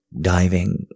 diving